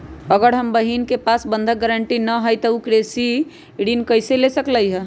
अगर हमर बहिन के पास बंधक गरान्टी न हई त उ कृषि ऋण कईसे ले सकलई ह?